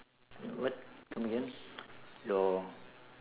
what come again your